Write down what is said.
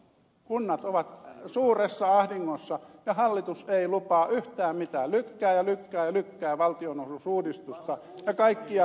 kunnat ovat suuressa ahdingossa ja hallitus ei lupaa yhtään mitään lykkää ja lykkää ja lykkää valtionosuusuudistusta ja kaikkea muuta